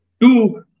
Two